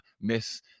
Miss